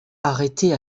arrêtée